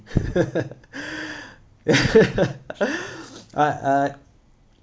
I I